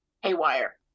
haywire